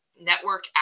network